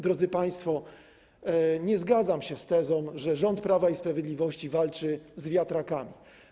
Drodzy państwo, nie zgadzam się z tezą, że rząd Prawa i Sprawiedliwości walczy z wiatrakami.